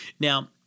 Now